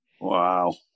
Wow